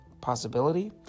possibility